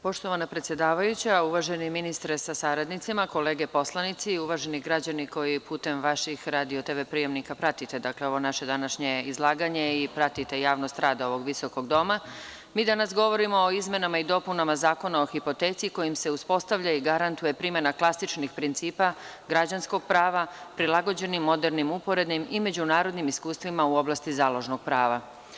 Poštovana predsedavajuća, uvaženi ministre sa saradnicima, kolege poslanici i uvaženi građani koji putem vaših RTV prijemnika pratite, dakle ovo naše današnje izlaganje i pratite javnost rada ovog visokog doma, mi danas govorimo o izmenama i dopunama Zakona o hipoteci kojim se uspostavlja i garantuje primena klasičnih principa građanskog prava, prilagođeni modernim, uporednim i međunarodnim iskustvima u oblasti založnog prava.